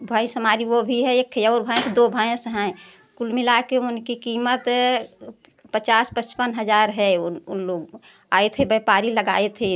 भैंस हमारी वो भी है एक खी और भैंस दो भैंस हैं कुल मिला कर उनकी कीमत पचास पचपन हज़ार है उन उन लोग आए थे व्यापारी लगाए थे